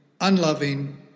unloving